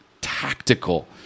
tactical